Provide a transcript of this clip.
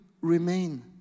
remain